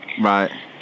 Right